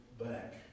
back